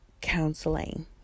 counseling